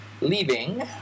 leaving